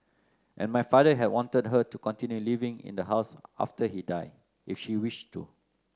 and my father had wanted her to continue living in the house after he died if she wish to